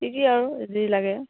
কি কি আৰু যি লাগে